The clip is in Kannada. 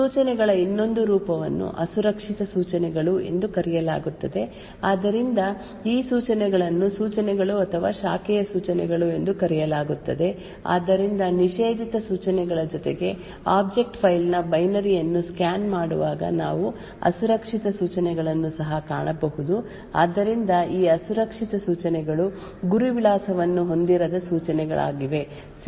ಸೂಚನೆಗಳ ಇನ್ನೊಂದು ರೂಪವನ್ನು ಅಸುರಕ್ಷಿತ ಸೂಚನೆಗಳು ಎಂದು ಕರೆಯಲಾಗುತ್ತದೆ ಆದ್ದರಿಂದ ಈ ಸೂಚನೆಗಳನ್ನು ಸೂಚನೆಗಳು ಅಥವಾ ಶಾಖೆಯ ಸೂಚನೆಗಳು ಎಂದು ಕರೆಯಲಾಗುತ್ತದೆ ಆದ್ದರಿಂದ ನಿಷೇಧಿತ ಸೂಚನೆಗಳ ಜೊತೆಗೆ ಆಬ್ಜೆಕ್ಟ್ ಫೈಲ್ ನ ಬೈನರಿ ಯನ್ನು ಸ್ಕ್ಯಾನ್ ಮಾಡುವಾಗ ನಾವು ಅಸುರಕ್ಷಿತ ಸೂಚನೆಗಳನ್ನು ಸಹ ಕಾಣಬಹುದು ಆದ್ದರಿಂದ ಈ ಅಸುರಕ್ಷಿತ ಸೂಚನೆಗಳು ಗುರಿ ವಿಳಾಸವನ್ನು ಹೊಂದಿರದ ಸೂಚನೆಗಳಾಗಿವೆ